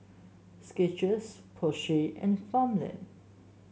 Skechers Porsche and Farmland